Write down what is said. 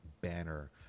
banner